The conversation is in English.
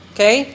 Okay